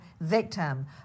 victim